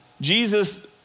Jesus